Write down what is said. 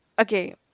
okay